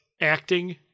acting